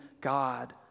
God